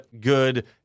good